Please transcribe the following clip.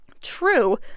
true